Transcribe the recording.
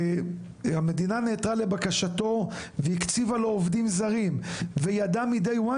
והמדינה נעתרה לבקשתו והקציבה לו עובדים זרים וידע מהיום ראשון